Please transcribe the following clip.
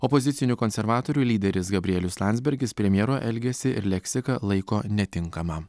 opozicinių konservatorių lyderis gabrielius landsbergis premjero elgesį ir leksiką laiko netinkama